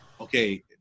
Okay